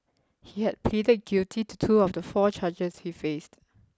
he had pleaded guilty to two of the four charges he faced